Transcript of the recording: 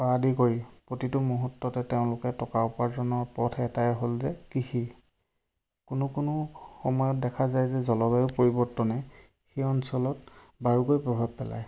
পৰা আদি কৰি প্ৰতিটো মুহুৰ্ততে তেওঁলোকে টকা উপাৰ্জনৰ পথ এটাই হ'ল যে কৃষি কোনো কোনো সময়ত দেখা যায় যে জলবায়ুৰ পৰিৱৰ্তনে সেই অঞ্চলত বাৰুকৈয়ে প্ৰভাৱ পেলায়